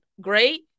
great